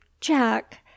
Jack